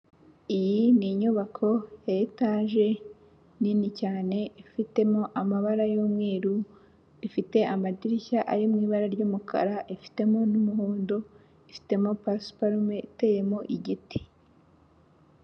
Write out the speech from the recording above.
Iyi ni inyubako ya etaje nini cyane, ifitemo amabara y'umweru, ifite amadirishya ari mu ibara ry'umukara, ifitemo n'umuhondo, ifitemo pasiparume iteyemo igiti.